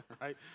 right